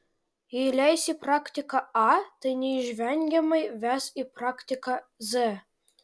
jei leisi praktiką a tai neišvengiamai ves į praktiką z